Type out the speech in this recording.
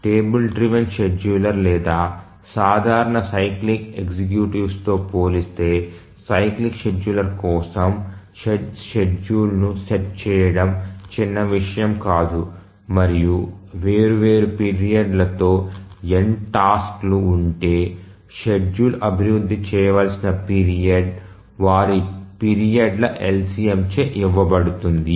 table driven scheduler లేదా సాధారణ cyclic ఎగ్జిక్యూటివ్తో పోలిస్తే సైక్లిక్ షెడ్యూలర్ కోసం షెడ్యూల్ను సెట్ చేయడం చిన్న విషయం కాదు మరియు వేర్వేరు పీరియడ్లతో n టాస్క్ లు ఉంటే షెడ్యూల్ అభివృద్ధి చేయవలసిన పీరియడ్ వారి పీరియడ్ ల LCMచే ఇవ్వబడుతుంది